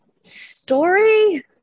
story